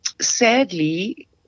Sadly